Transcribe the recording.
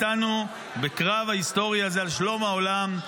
עומדים יחד איתנו בקרב ההיסטוריה הזה על שלום העולם.